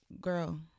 girl